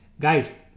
Guys